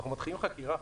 אנחנו מתחילים חקירה.